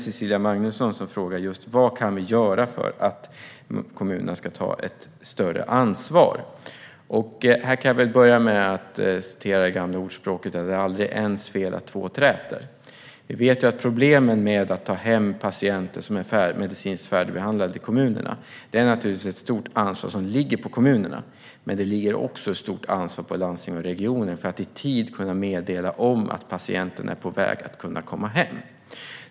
Cecilia Magnusson frågade just vad vi kan göra för att kommunerna ska ta ett större ansvar. Det är aldrig är ens fel att två träter. När det gäller problemen med att ta hem medicinskt färdigbehandlade patienter till kommunerna ligger det ett stort ansvar hos kommunerna. Men det ligger också ett stort ansvar hos landstingen och regionerna, när det gäller att meddela i tid att patienten är på väg att kunna komma hem.